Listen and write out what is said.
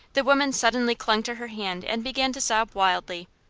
the woman suddenly clung to her hand and began to sob wildly.